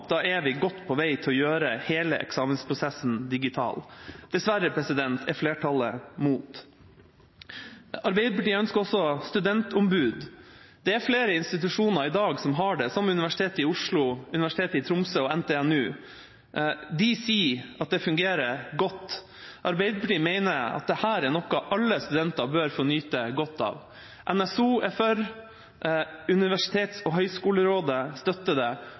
da er vi godt på vei til å gjøre hele eksamensprosessen digital. Dessverre er flertallet mot. Arbeiderpartiet ønsker også studentombud. Det er flere institusjoner i dag som har det, som Universitetet i Oslo, Universitetet i Tromsø og NTNU. De sier at det fungerer godt. Arbeiderpartiet mener at dette er noe alle studenter bør få nyte godt av. NSO er for, Universitets- og høgskolerådet støtter det,